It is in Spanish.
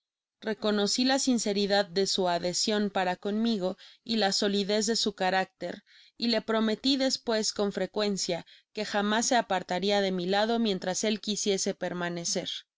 reconocí la sinceridad de su adhesion para conmigo y la solidez de su carácter y le prometí despues con frecuencia que jamás se apartaria de mi lado mientras él quisiese permanecer